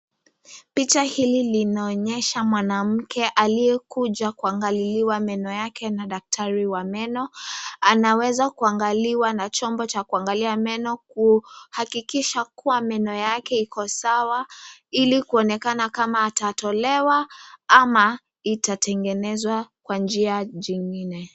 Picha hii linaonyesha mwanamke aliyekuja kuangaliliwa meno yake na daktari wa meno, anaweza kuangalia na chombo cha kuangalia meno kuhakikisha kuwa meno yake iko sawa, ili kuonekana kama itatolewa ama itatengenezwa kwa njia nyingine.